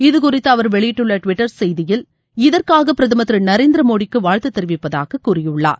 இதுகுறித்து அவர் வெளியிட்டுள்ள டிவிட்டர் செய்தியில் இதற்காக பிரதமர் திரு நரேந்திர மோடிக்கு வாழ்த்து தெரிவிப்பதாக கூறியுள்ளார்